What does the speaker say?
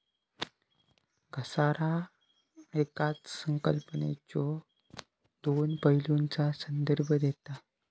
घसारा येकाच संकल्पनेच्यो दोन पैलूंचा संदर्भ देता